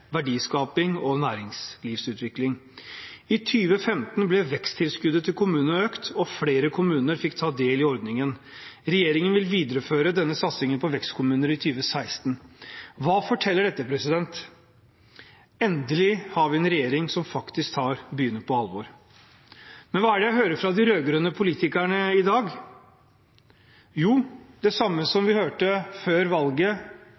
verdiskaping og næringslivsutvikling. I 2015 ble veksttilskuddet til kommunene økt, og flere kommuner fikk ta del i ordningen. Regjeringen vil videreføre denne satsingen på vekstkommuner i 2016. Hva forteller dette? Endelig har vi en regjering som faktisk tar byene på alvor. Men hva er det jeg hører fra de rød-grønne politikerne i dag? Jo, det samme som vi hørte før valget,